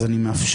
אז אני מאפשר.